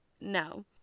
no